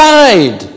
died